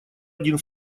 один